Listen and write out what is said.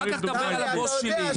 אחר כך תדבר על הבוס שלי.